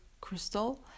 crystal